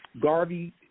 Garvey